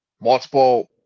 multiple